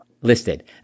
listed